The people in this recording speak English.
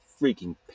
freaking